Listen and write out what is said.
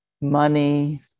money